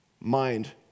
mind